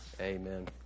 amen